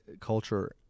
culture